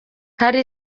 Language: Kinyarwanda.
hari